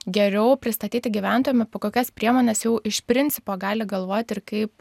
geriau pristatyti gyventojam apie kokias priemones jau iš principo gali galvoti ir kaip